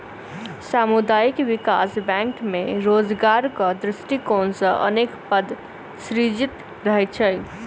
सामुदायिक विकास बैंक मे रोजगारक दृष्टिकोण सॅ अनेक पद सृजित रहैत छै